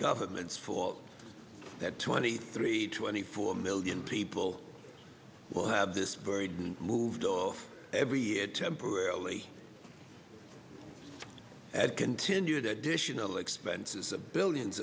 government's fault that twenty three twenty four million people will have this burden moved off every year temporarily at continued additional expenses of billions